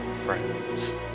friends